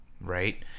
right